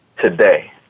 today